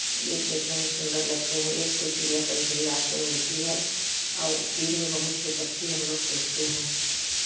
ये देखने में सुन्दर लगते हैं एक तो चिड़ियाँ कभी कभी रात में उड़ती है और दिन में बहुत से पक्षी हमलोग देखते हैं